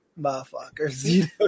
motherfuckers